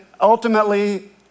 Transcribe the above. ultimately